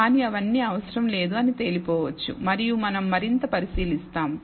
కానీ అవన్నీ అవసరం లేదు అని తేలిపోవచ్చు మరియు మనం మరింత పరిశీలిస్తాము